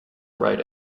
write